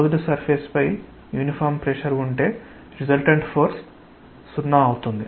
closed surface పై uniform pressure ఉంటే resultant force సున్నా అవుతుంది